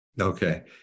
Okay